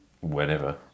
Whenever